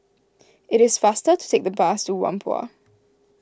it is faster to take the bus to Whampoa